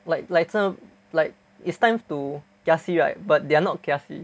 like like som~ like it's time to kiasi right but they're not kiasi